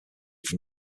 from